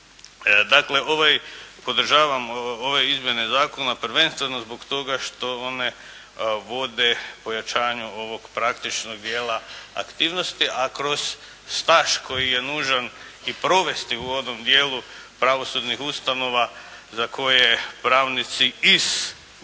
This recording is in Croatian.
Dakle podržavam ove izmjene zakona prvenstveno zbog toga što one vode povećanju ovog praktičnog dijela aktivnosti, a kroz staž koji je nužan i provesti u onom dijelu pravosudnih ustanova za koje pravnici iz